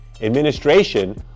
administration